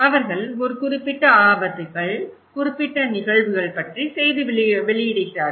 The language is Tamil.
அவர்கள் ஒரு குறிப்பிட்ட ஆபத்துகள் குறிப்பிட்ட நிகழ்வுகள் பற்றி செய்தி வெளியிடுகிறார்கள்